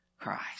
Christ